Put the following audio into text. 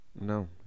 No